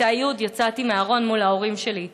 בכיתה י' יצאתי מהארון מול ההורים שלי.